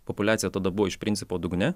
populiacija tada buvo iš principo dugne